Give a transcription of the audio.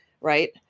Right